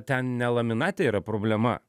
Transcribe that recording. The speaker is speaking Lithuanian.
ten ne laminate yra problema